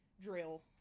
drill